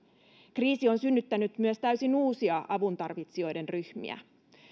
kriisi on synnyttänyt myös täysin uusia avuntarvitsijoiden ryhmiä